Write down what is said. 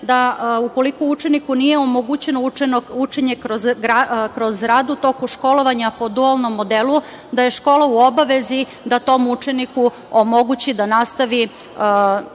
da, ukoliko učeniku nije omogućeno učenje kroz rad u toku školovanja po dualnom modelu, škola je u obavezi da tom učeniku omogući da nastavi svoje